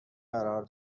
قرار